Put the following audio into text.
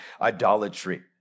idolatry